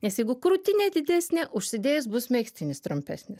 nes jeigu krūtinė didesnė užsidėjus bus megztinis trumpesnis